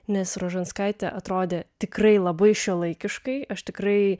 nes rožanskaitė atrodė tikrai labai šiuolaikiškai aš tikrai